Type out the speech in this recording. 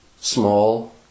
Small